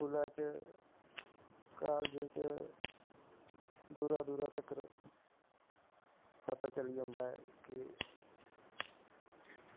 स्कूलां च कालज़ां च दूरा दूरा तक पता चली जंदा कि